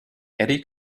eddy